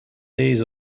days